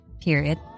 Period